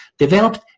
developed